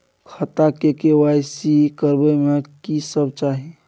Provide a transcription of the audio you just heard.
खाता के के.वाई.सी करबै में की सब चाही?